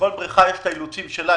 לכל בריכה יש האילוצים שלה.